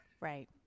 Right